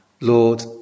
Lord